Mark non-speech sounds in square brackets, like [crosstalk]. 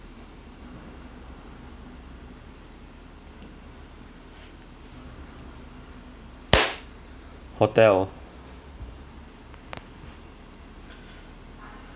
[noise] hotel